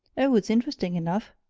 oh, it's interesting enough!